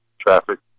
traffic